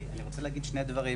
אני רוצה להגיד שני דברים,